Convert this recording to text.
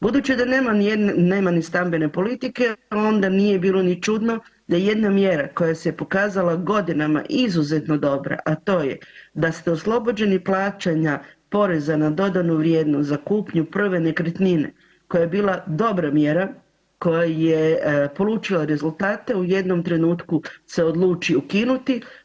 Budući da nema nijedne, nema ni stambene politike, pa onda nije bilo ni čudno da jedna mjera koja se pokazala godinama izuzetno dobra, a to je da ste oslobođeni plaćanja poreza na dodanu vrijednost za kupnju prve nekretnine koja je bila dobra mjera, koja je polučila rezultate, u jednom trenutku se odluči ukinuti.